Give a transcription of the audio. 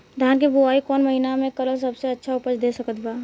धान के बुआई कौन महीना मे करल सबसे अच्छा उपज दे सकत बा?